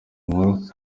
inkuru